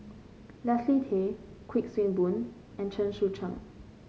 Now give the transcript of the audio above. Leslie Tay Kuik Swee Boon and Chen Sucheng